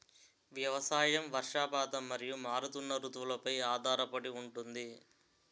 వ్యవసాయం వర్షపాతం మరియు మారుతున్న రుతువులపై ఆధారపడి ఉంటుంది